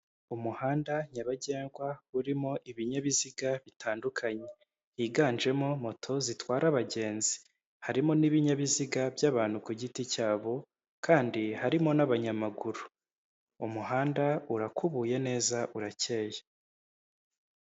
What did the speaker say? Umuhanda nyabagendwa urimo ibinyabiziga bitandukanye, higanjemo moto zitwara abagenzi, harimo n'ibinyabiziga by'abantu ku giti cyabo, kandi harimo n'abanyamaguru. Umuhanda urakubuye neza urakeye.